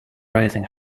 raising